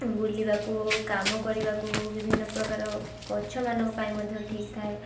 ବୁଲିବାକୁ ହଉ କାମ କରିବାକୁ ହଉ ବିଭିନ୍ନ ପ୍ରକାର ଗଛମାନଙ୍କ ପାଇଁ ମଧ୍ୟ ଠିକ୍ ଥାଏ